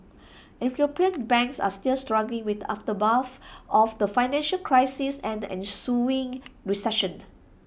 european banks are still struggling with the aftermath of the financial crisis and the ensuing recession